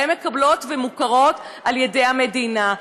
הן מקבלות ומוכרות על ידי המדינה.